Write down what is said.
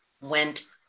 went